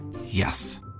Yes